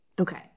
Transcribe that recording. Okay